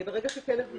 ברגע שכלב נשך,